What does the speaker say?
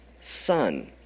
son